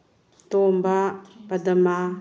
ꯇꯣꯝꯕ ꯄꯗꯃꯥ